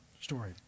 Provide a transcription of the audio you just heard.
story